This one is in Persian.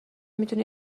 میتونی